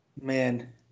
man